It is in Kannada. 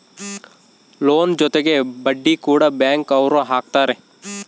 ಲೋನ್ ಜೊತೆಗೆ ಬಡ್ಡಿ ಕೂಡ ಬ್ಯಾಂಕ್ ಅವ್ರು ಹಾಕ್ತಾರೆ